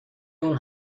اون